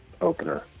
opener